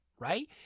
Right